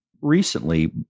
Recently